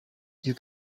you